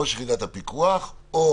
ראש יחידת הפיקוח או